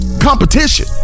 Competition